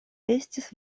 estis